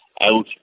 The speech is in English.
out